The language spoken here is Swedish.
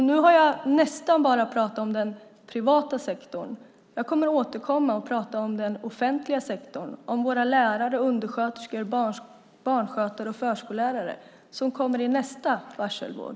Nu har jag nästan bara pratat om den privata sektorn. Jag återkommer och pratar om den offentliga sektorn, om våra lärare, undersköterskor, barnskötare och förskollärare, som kommer i nästa varselvåg.